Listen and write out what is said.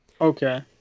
Okay